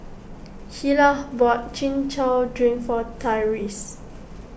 Hilah bought Chin Chow Drink for Tyrese